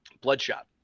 bloodshot